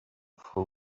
فوری